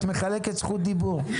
את מחלקת זכות דיבור.